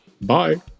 Bye